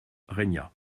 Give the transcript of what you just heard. régna